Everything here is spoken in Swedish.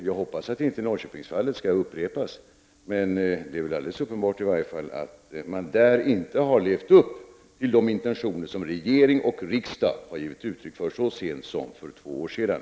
Jag hoppas att fallet i Norrköping inte skall upprepas, men det är uppenbart att kommunen där inte har levt upp till de ambitioner som regering och riksdag har givit uttryck för så sent som för två år sedan.